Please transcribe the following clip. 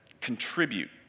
contribute